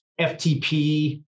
FTP